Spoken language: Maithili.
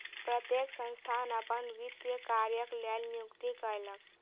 प्रत्येक संस्थान अपन वित्तीय कार्यक लेल नियुक्ति कयलक